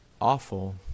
awful